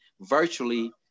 virtually